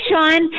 Sean